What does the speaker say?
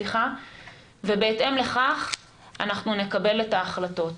ובהתאם לכך נקבל את ההחלטות.